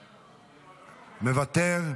מוותר.